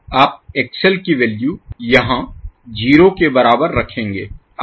आप XL की value यहाँ 0 के बराबर रखेंगे